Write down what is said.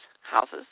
houses